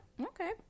Okay